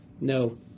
No